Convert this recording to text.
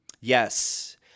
yes